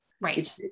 Right